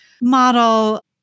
model